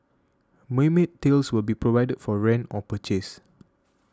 mermaid tails will be provided for rent or purchase